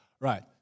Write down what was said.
Right